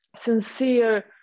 sincere